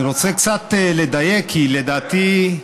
אני רוצה קצת לדייק, כי לדעתי,